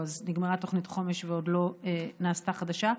נגמרה תוכנית החומש ועד לא נעשתה חדשה,